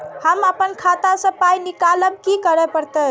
हम आपन खाता स पाय निकालब की करे परतै?